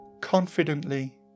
confidently